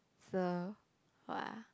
so !wah!